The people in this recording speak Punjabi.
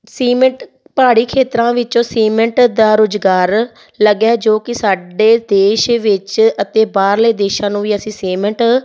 ਸੀਮੇਂਟ ਪਹਾੜੀ ਖੇਤਰਾਂ ਵਿੱਚੋਂ ਸੀਮੇਂਟ ਦਾ ਰੁਜ਼ਗਾਰ ਲੱਗਿਆ ਹੈ ਜੋ ਕਿ ਸਾਡੇ ਦੇਸ਼ ਵਿੱਚ ਅਤੇ ਬਾਹਰਲੇ ਦੇਸ਼ਾਂ ਨੂੰ ਵੀ ਅਸੀਂ ਸੀਮੇਂਟ